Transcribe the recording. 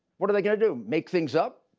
what are they going to do, make things up?